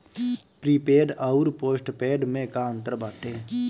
Prepaid अउर postpaid में का अंतर बाटे?